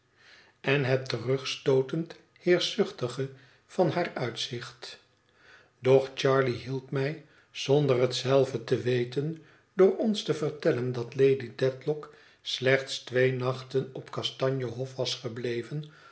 en het terugstootend heerschzuchtige van haar uitzicht doch charley hielp mij zonder het zelve te weten door ons te vertellen dat lady dedlock slechts twee nachten op kastanje hof was gebleven